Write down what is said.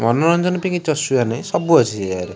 ମନୋରଞ୍ଜନ ପାଇଁ କିଛି ଅସୁବିଧା ନାହିଁ ସବୁ ଅଛି ସେ ଯାଗାରେ